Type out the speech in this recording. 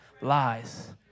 lies